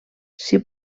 s’hi